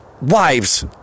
wives